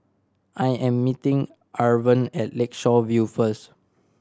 I am meeting Irven at Lakeshore View first